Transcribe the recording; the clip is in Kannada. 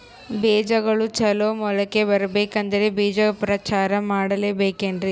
ಬೇಜಗಳು ಚಲೋ ಮೊಳಕೆ ಬರಬೇಕಂದ್ರೆ ಬೇಜೋಪಚಾರ ಮಾಡಲೆಬೇಕೆನ್ರಿ?